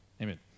amen